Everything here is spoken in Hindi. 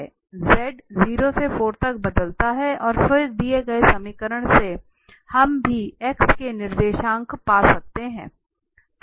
z 0 से 4 तक बदलता है और फिर दिए गए समीकरण से हम भी x के निर्देशांक पा सकते हैं